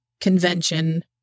convention